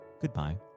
goodbye